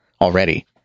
already